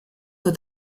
wird